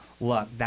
look